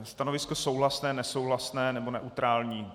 Stanovisko souhlasné, nesouhlasné nebo neutrální.